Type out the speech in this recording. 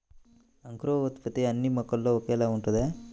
అంకురోత్పత్తి అన్నీ మొక్కల్లో ఒకేలా ఉంటుందా?